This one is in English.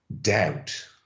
doubt